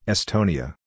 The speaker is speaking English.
Estonia